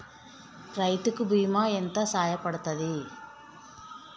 రైతు కి బీమా ఎంత సాయపడ్తది?